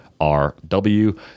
RW